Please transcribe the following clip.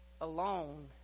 alone